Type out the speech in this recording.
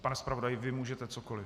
Pane zpravodaji, vy můžete cokoli.